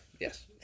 yes